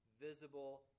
visible